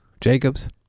Jacobs